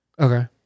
Okay